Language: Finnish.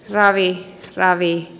ravi kc ravi kc